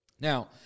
Now